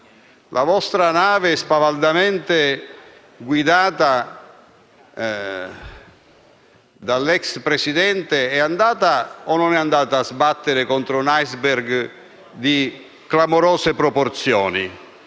La vostra nave spavaldamente guidata dall'ex Presidente è andata o non è andata a sbattere contro un *iceberg* dalle clamorose proporzioni